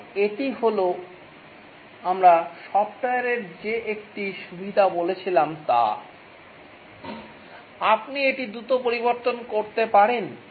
এবং এটি হল আমরা সফ্টওয়্যারের যে একটি সুবিধা বলেছিলাম তা আপনি এটি দ্রুত পরিবর্তন করতে পারেন